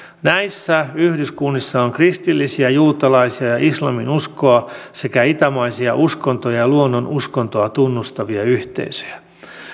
näissä yhdyskunnissa on kristillisiä juutalaisia ja islaminuskoa sekä itämaisia uskontoja ja luonnonuskontoa tunnustavia yhteisöjä